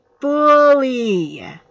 fully